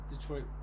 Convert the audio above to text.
Detroit